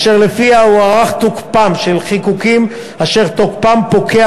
אשר לפיה הוארך תוקפם של חיקוקים אשר תוקפם פוקע